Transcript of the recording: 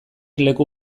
leku